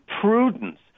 prudence